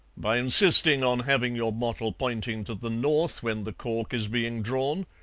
by insisting on having your bottle pointing to the north when the cork is being drawn,